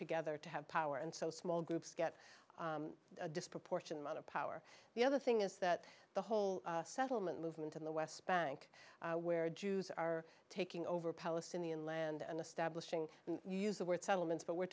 together to have power and so small groups get a disproportionate amount of power the other thing is that the whole settlement movement in the west bank where jews are taking over palestinian land and establishing you use the word settlements but we're